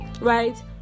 right